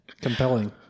Compelling